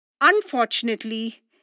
Unfortunately